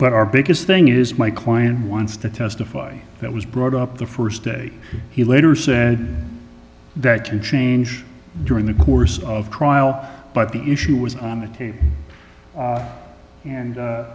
but our biggest thing is my client wants to testify that was brought up the st day he later said that you change during the course of trial but the issue is on the table